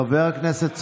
חבר הכנסת סובה,